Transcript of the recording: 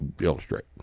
illustrate